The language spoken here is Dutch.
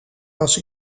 was